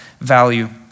value